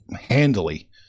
handily